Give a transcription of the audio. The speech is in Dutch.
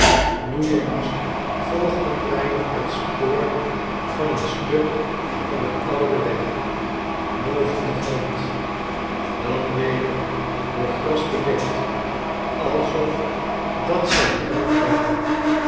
nu eens volgden wij het spoor van een stuk van den oude weg boven den grond dan weder door gras bedekt alsof dat zijn graf ware